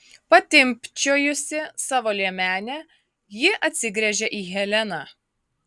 patimpčiojusi savo liemenę ji atsigręžia į heleną